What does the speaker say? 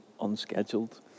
unscheduled